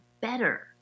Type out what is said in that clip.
better